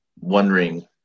Wondering